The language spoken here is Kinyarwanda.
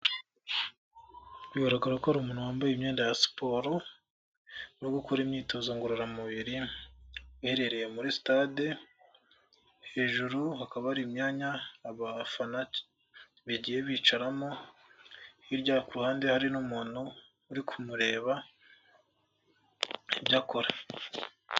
Biragaragara ko ari umuntu wambaye imyenda ya siporo uri gukora imyitozo ngororamubiri, uherereye muri sitade, hejuru haka hari imyanya abafana bagiye bicaramo, hirya ku ruhande hari n'umuntu uri kumureba ibyo akora.